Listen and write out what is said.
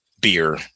beer